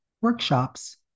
workshops